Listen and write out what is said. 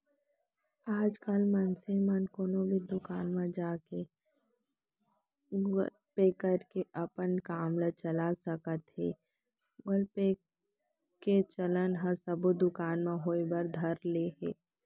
आजकल मनसे मन कोनो भी दुकान म जाके गुगल पे करके अपन काम ल चला सकत हें गुगल पे के चलन ह सब्बो दुकान म होय बर धर ले हे